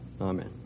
Amen